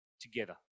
together